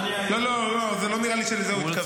--- לא, לא, לא נראה לי שלזה הוא התכוון.